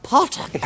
Potter